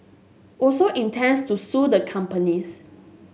also intends to sue the companies